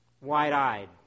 Wide-eyed